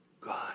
God